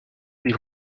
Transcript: les